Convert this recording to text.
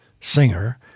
singer